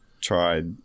tried